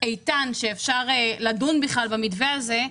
איתן שאפשר לדון בכלל במתווה הזה,